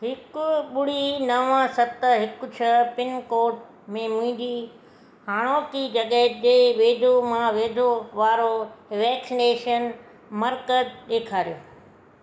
हिकु ॿुड़ी नव सत हिकु छह पिनकोड में मुंहिंजी हाणोकी जॻहि ते वेझो मां वेझो वारो वैक्सनेशन मर्कज़ु ॾेखारियो